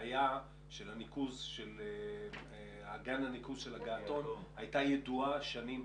הבעיה של אגן הניקוז של הגעתון הייתה ידועה שנים.